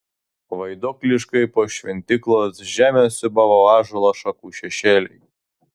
vaiduokliškai po šventyklos žemę siūbavo ąžuolo šakų šešėliai